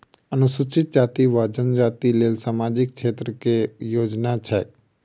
अनुसूचित जाति वा जनजाति लेल सामाजिक क्षेत्रक केँ योजना छैक?